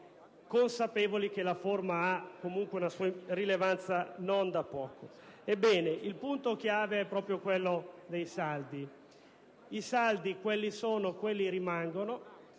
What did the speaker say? ben sapendo che la forma ha comunque una sua rilevanza. Ebbene, il punto chiave è proprio quello dei saldi. I saldi, quelli sono e quelli rimangono.